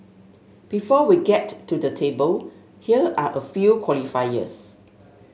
before we get to the table here are a few qualifiers